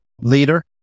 Leader